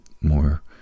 more